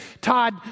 Todd